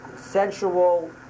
sensual